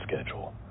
schedule